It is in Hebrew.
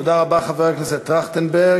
תודה רבה, חבר הכנסת טרכטנברג.